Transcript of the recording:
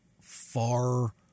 far